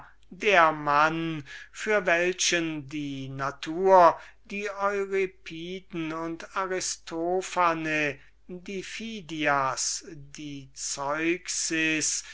der mann für den die natur die euripiden und aristophane die phidias die zeuxes